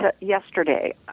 Yesterday